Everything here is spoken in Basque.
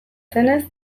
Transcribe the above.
zenez